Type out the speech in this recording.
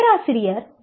பேராசிரியர் கே